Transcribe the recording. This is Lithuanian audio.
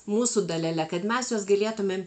mūsų dalele kad mes juos galėtumėm